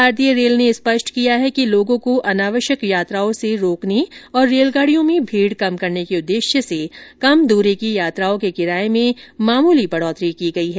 भारतीय रेल ने स्पष्ट किया है कि लोगों को अनावश्यक यात्राओं से रोकने और रेलगाड़ियों में भीड़ कम करने के उद्देश्य से कम दूरी की यात्राओं के किराए में मामूली वृद्वि की गई है